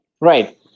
Right